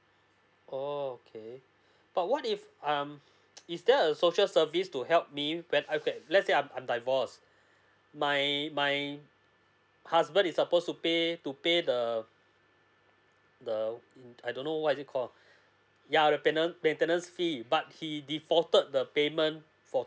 oo okay but what if um is there a social service to help me when I get let's say I'm I'm divorced my my husband is supposed to pay to pay the the mm I don't know what it call yeah the penal~ maintenance fee but he defaulted the payment for